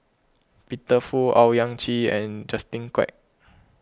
Peter Fu Owyang Chi and Justin Quek